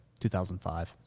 2005